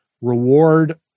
reward